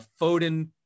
Foden